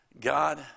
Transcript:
god